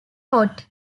hot